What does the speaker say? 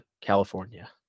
California